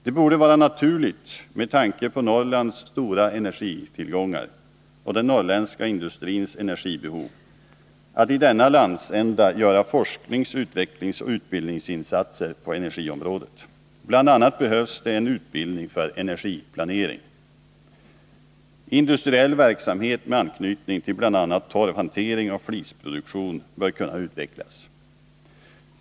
Det borde vara naturligt med tanke på Norrlands stora energitillgångar och den norrländska industrins energibehov att i denna landsända göra forsknings-, utvecklingsoch utbildningsinsatser på energi området. Bl. a. behövs det en utbildning för energiplanering. Industriell Nr 114 verksamhet med anknytning till bl.a. torvhantering och flisproduktion bör Onsdagen den kunna utvecklas.